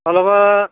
माब्लाबा